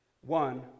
one